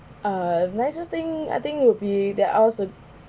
uh may I just think I think would be that I was a